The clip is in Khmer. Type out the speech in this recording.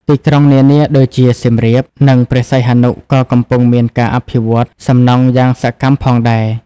ទីក្រុងនានាដូចជាសៀមរាប និងព្រះសីហនុក៏កំពុងមានការអភិវឌ្ឍសំណង់យ៉ាងសកម្មផងដែរ។